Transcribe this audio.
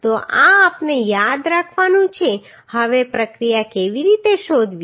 તો આ આપણે યાદ રાખવાનું છે હવે પ્રક્રિયા કેવી રીતે શોધવી